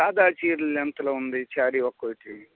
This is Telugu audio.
సాదా చీరలు ఎంతలో ఉంది శారీ ఒక్కొకటి